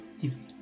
Easy